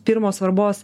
pirmos svarbos